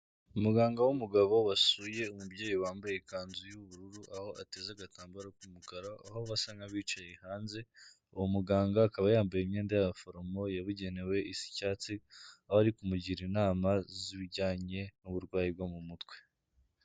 Umuganga w'umugabo wasuye umubyeyi wambaye ikanzu y'ubururu, aho ateze agatambaro k'umukara, aho basa nk'abocaye hanze. Uwo muganga akaba yambaye imyenda y'abaforomo yabugenewe isa icyatsi aho ari kumugira inama zijyanye n'uburwayi bwo mu mutwe.